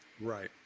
Right